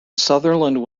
sutherland